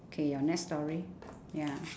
okay your next story ya